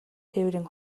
тээврийн